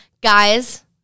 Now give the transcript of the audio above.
Guys